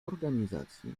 organizacji